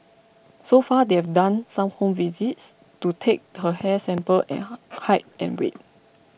so far they've done some home visits to take her hair sample and height and weight